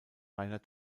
reiner